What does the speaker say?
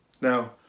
Now